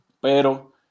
pero